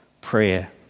prayer